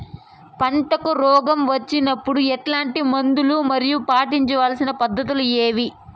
పంటకు రోగం వచ్చినప్పుడు ఎట్లాంటి మందులు మరియు పాటించాల్సిన పద్ధతులు ఏవి?